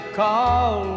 call